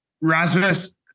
Rasmus